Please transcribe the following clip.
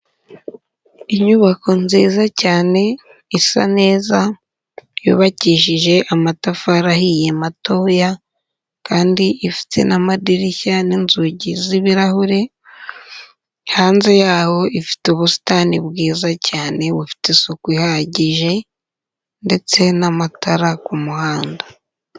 Inyubako nziza cyane, isa neza yubakishije amatafari ahiye matoya kandi ifite n'amadirishya n'inzugi z'ibirahure, hanze yaho ifite ubusitani bwiza cyane bufite isuku ihagije ndetse n'amatara ku muhanda.